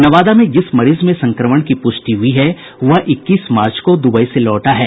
नवादा में जिस मरीज में संक्रमण की पुष्टि हुई है वह इक्कीस मार्च को दुबई से लौटा है